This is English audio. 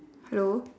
hello